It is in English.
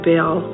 Bill